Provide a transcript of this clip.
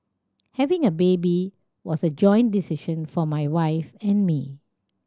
having a baby was a joint decision for my wife and me